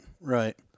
right